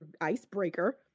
icebreaker